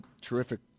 terrific